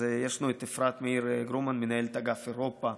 אז יש לנו את אפרת מאיר גרומן, מנהלת אגף אירופה,